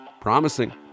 promising